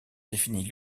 définit